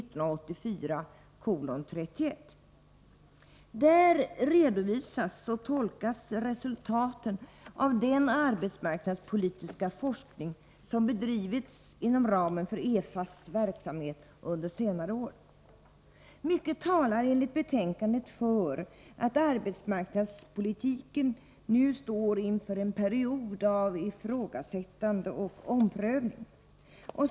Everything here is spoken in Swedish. Där redovisas och tolkas resultatet av den arbetsmarknadspolitiska forskning som bedrivits inom ramen för EFA:s verksamhet under senare år. Mycket talar enligt betänkandet för att arbetsmarknadspolitiken nu står inför en period av ifrågasättande och omprövning.